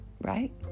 Right